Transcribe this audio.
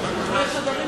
אבל זה קורה בחדרי חדרים.